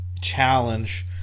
challenge